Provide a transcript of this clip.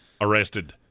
arrested